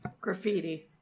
Graffiti